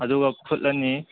ꯑꯗꯨꯒ ꯐꯨꯠꯂꯅꯤ